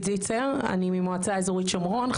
אני ממועצה אזורית שומרון,